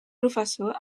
professor